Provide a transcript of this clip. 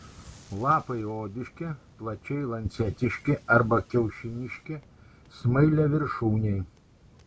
lapai odiški plačiai lancetiški arba kiaušiniški smailiaviršūniai